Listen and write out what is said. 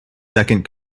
second